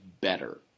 better